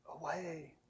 away